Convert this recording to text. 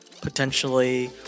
potentially